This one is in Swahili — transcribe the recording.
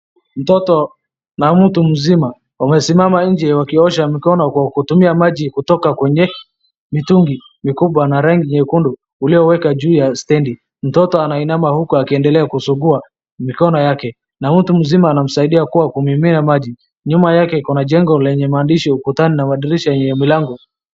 Mtoto na mtu mzima wamesimama nje wakiosha mikono kwa kutumia maji kutoka kwenye mtungi mkubwa wa rangi nyekundu, uliowekwa juu ya stendi. Mtoto anainama huu akiendelea kusugua mikono yake, na mtu mzima anamsaidia kuwa kumemea maji. Nyuma yake kuna jengo lenye maandishi ukutani na maandishi kwenye milango.